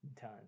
done